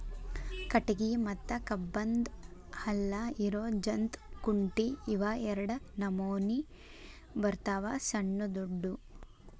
ಕಟಗಿ ಮತ್ತ ಕಬ್ಬನ್ದ್ ಹಲ್ಲ ಇರು ಜಂತ್ ಕುಂಟಿ ಇವ ಎರಡ ನಮೋನಿ ಬರ್ತಾವ ಸಣ್ಣು ದೊಡ್ಡು